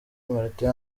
martin